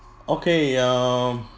okay um